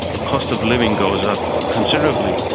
the cost of living goes up considerably,